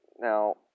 now